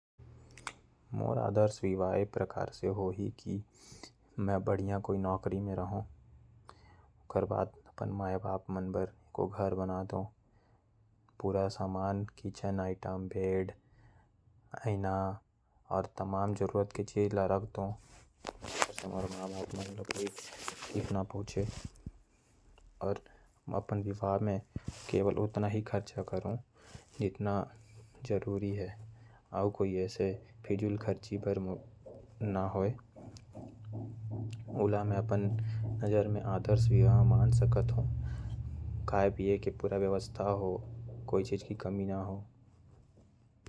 मोर आदर्श विवाह ये प्रकार से होही। की मै बढ़िया कोई नौकरी में रहो। और अपन मां बाप के सारा खुशी देहु। अपन शादी में ज्यादा फिजूल खर्चा न करो। ओर खाए पीए के भी पूरा व्यवस्था हो।